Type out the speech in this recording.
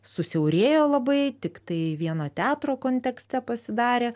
susiaurėjo labai tiktai vieno teatro kontekste pasidarė